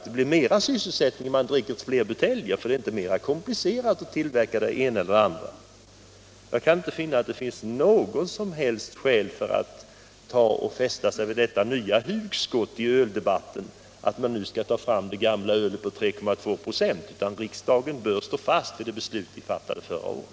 Det blir mera sysselsättning om det går åt fler buteljer, för det är inte mera komplicerat att tillverka det ena ölet än det andra. Jag kan inte finna något som helst skäl för att fästa sig vid detta nya hugskott i öldebatten, att man skall ta fram det gamla ölet på 3,2 96. Riksdagen bör stå fast vid det beslut som fattades förra året.